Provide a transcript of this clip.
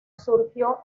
surgió